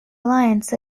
alliance